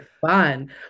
fun